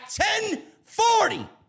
10.40